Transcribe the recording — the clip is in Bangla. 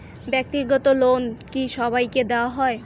ব্যাক্তিগত লোন কি সবাইকে দেওয়া হয়?